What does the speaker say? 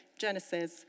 Genesis